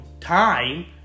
time